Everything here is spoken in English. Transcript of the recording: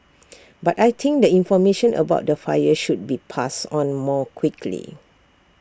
but I think the information about the fire should be passed on more quickly